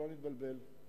שלא נתבלבל,